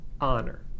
honor